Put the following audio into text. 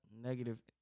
negative